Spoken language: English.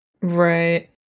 Right